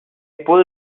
pull